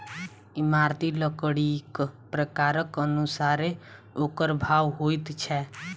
इमारती लकड़ीक प्रकारक अनुसारेँ ओकर भाव होइत छै